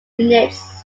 units